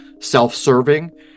self-serving